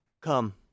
come